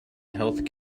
health